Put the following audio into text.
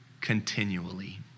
continually